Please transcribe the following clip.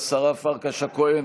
השרה פרקש הכהן,